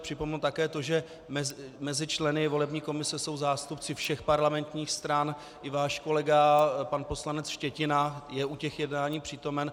Připomenu také to, že mezi členy volební komise jsou zástupci všech parlamentních stran, i váš kolega pan poslanec Štětina je u jednání přítomen.